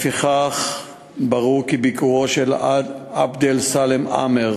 לפיכך ברור כי ביקורו של עבד-אלסאלם עמאר,